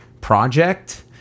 project